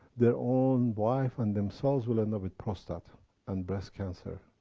their own wife and themselves will end up with prostate and breast cancer.